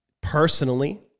personally